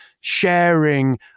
sharing